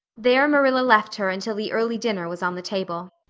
there marilla left her until the early dinner was on the table.